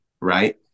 right